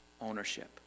Ownership